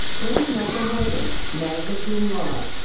william russell morgan, magna cum laude.